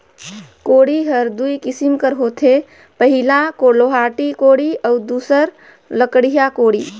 कोड़ी हर दुई किसिम कर होथे पहिला लोहाटी कोड़ी अउ दूसर लकड़िहा कोड़ी